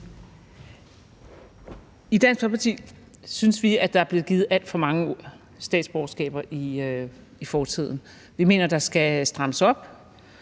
I Dansk Folkeparti synes vi, at der er blevet givet alt for mange statsborgerskaber i fortiden. Vi mener, at der skal strammes op.